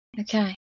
okay